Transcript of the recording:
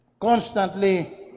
Constantly